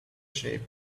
shape